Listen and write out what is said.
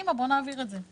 וקדימה בואו נעביר את זה.